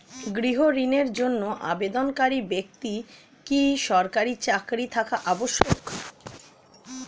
গৃহ ঋণের জন্য আবেদনকারী ব্যক্তি কি সরকারি চাকরি থাকা আবশ্যক?